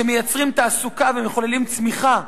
"שמייצרים תעסוקה ומחוללים צמיחה,